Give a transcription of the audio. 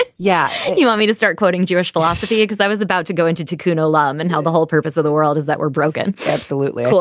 but yeah. you want me to start quoting jewish philosophy because i was about to go into tikkun olam and heal. the whole purpose of the world is that we're broken. absolutely.